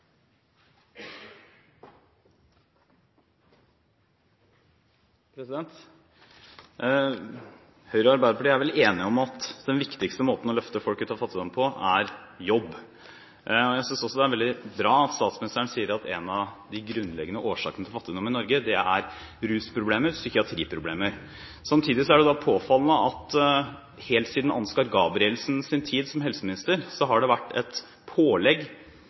Høyre og Arbeiderpartiet er vel enige om at den viktigste måten å løfte folk ut av fattigdommen på er jobb. Jeg synes også det er veldig bra at statsministeren sier at en av de grunnleggende årsakene til fattigdom i Norge er rusproblemer og psykiatriproblemer. Samtidig er det påfallende at helt siden Ansgar Gabrielsens tid som helseminister har det vært et pålegg